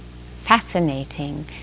fascinating